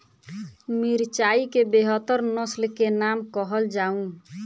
मिर्चाई केँ बेहतर नस्ल केँ नाम कहल जाउ?